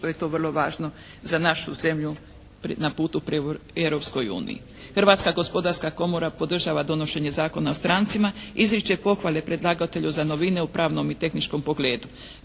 što je to vrlo važno za našu zemlju na putu pri Europskoj uniji. Hrvatska gospodarska komora podržava donošenje Zakona o strancima. Izriče pohvale predlagatelju za novine u pravnom i tehničkom pogledu.